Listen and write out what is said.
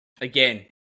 again –